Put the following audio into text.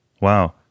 Wow